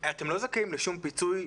אתם לא זכאים לשום פיצוי?